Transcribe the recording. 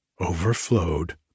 overflowed